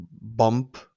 bump